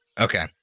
Okay